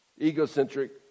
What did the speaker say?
Egocentric